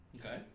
Okay